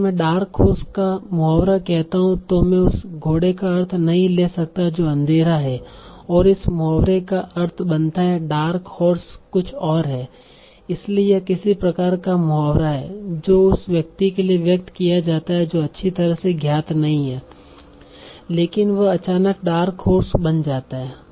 अगर मैं dark horse का मुहावरा कहता हूं तो मैं उस घोड़े का अर्थ नहीं ले सकता जो अंधेरा है और इस मुहावरे का अर्थ बनाता है डार्क हॉर्स कुछ और है इसलिए यह किसी प्रकार का मुहावरा है जो उस व्यक्ति के लिए व्यक्त किया जाता है जो अच्छी तरह से ज्ञात नहीं है लेकिन वह अचानक डार्क हॉर्स बन जाता है